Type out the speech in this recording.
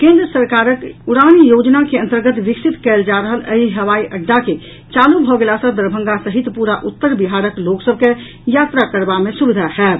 केन्द्र सरकारक उड़ान योजनाक अंतर्गत विकसित कयल जा रहल एहि हवाई अड्डा के चालू भऽ गेला सॅ दरभंगा सहित पूरा उत्तर बिहारक लोक सभ के यात्रा करबा मे सुविधा होयत